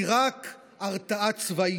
כי רק הרתעה צבאית,